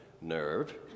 nerve